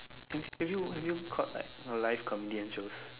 have you have you caught like live comedian shows